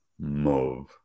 move